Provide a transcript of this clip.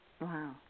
Wow